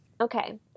okay